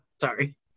sorry